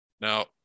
Now